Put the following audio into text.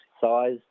size